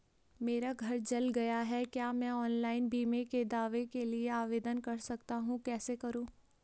मेरा घर जल गया है क्या मैं ऑनलाइन बीमे के दावे के लिए आवेदन कर सकता हूँ कैसे करूँ?